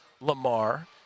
Lamar